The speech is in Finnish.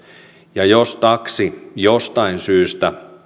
jos taksi jostain syystä